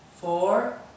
four